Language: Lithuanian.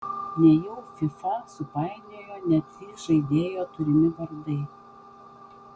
nejau fiba supainiojo net trys žaidėjo turimi vardai